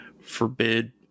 forbid